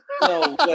No